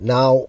Now